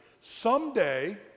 Someday